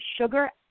sugar